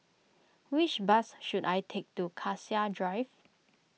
which bus should I take to Cassia Drive